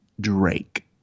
Drake